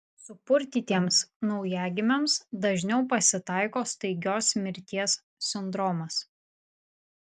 supurtytiems naujagimiams dažniau pasitaiko staigios mirties sindromas